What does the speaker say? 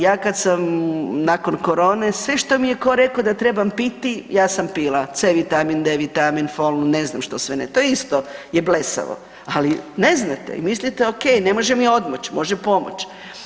Ja kad sam nakon korone sve što mi je tko rekao da trebam piti ja sam pila, C vitamin, D vitamin …/nerazumljivo/… ne znam što sve ne, to isto je blesavo, ali ne znate i mislite ok, ne može mi odmoć, može pomoć.